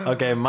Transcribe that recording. Okay